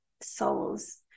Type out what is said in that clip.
souls